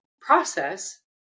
process